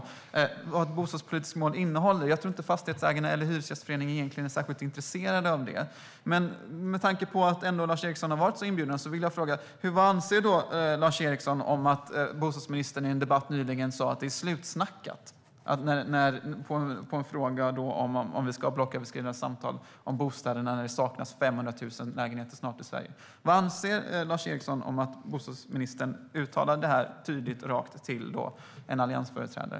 När det gäller vad ett bostadspolitiskt mål innehåller tror jag inte att Fastighetsägarna eller Hyresgästföreningen är särskilt intresserade av det. Men med tanke på att Lars Eriksson kom med en inbjudan vill jag fråga: Vad anser Lars Eriksson om att bostadsministern i en debatt nyligen sa att det är slutsnackat? Det svarade han på en fråga om man skulle ha blocköverskridande samtal. Det saknas snart 500 000 lägenheter i Sverige. Vad anser Lars Eriksson om att bostadsministern uttryckte sig så tydligt och rakt till en alliansföreträdare?